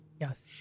Yes